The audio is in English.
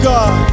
God